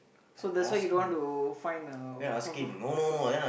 so that's why you don't want to find a proper